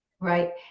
Right